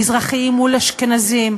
מזרחים מול אשכנזים,